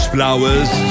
Flowers